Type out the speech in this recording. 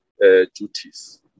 duties